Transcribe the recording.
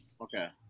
Okay